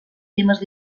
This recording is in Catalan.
temes